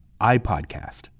iPodcast